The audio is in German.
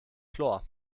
chlor